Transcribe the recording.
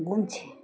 গুনছে